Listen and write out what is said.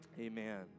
Amen